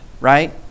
right